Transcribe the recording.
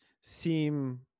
seem